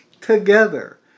together